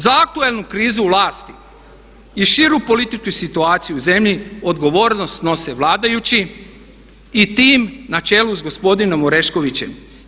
Za aktualnu krizu vlasti i širu političku situaciju u zemlji odgovornost snose vladajući i tim na čelu sa gospodinom Oreškovićem.